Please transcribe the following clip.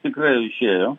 tikrai jau išėjo